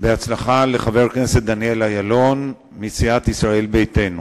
בהצלחה לחבר הכנסת דניאל אילון מסיעת ישראל ביתנו.